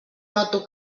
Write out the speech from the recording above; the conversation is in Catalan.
noto